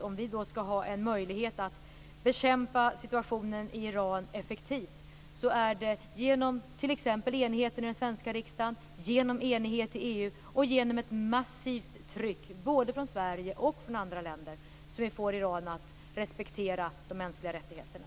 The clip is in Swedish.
Om vi skall ha en möjlighet att bekämpa situationen i Iran effektivt tror jag att det är genom t.ex. och genom ett massivt tryck både från Sverige och från andra länder som vi får iranierna att respektera de mänskliga rättigheterna.